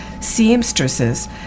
seamstresses